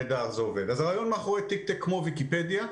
הרעיון מאחורי Tiktek, כמו ויקיפדיה,